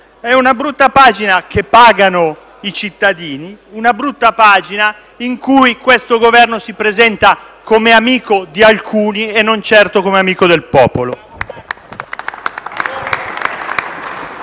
a una brutta pagina che pagano i cittadini, in cui questo Governo si presenta come amico di alcuni e non certo come amico del popolo.